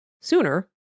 sooner